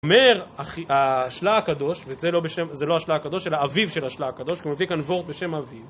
אומר השלה הקדוש, וזה לא השלה הקדוש, אלא אביו של השלה הקדוש, כי הוא מביא כאן וורט בשם אביו.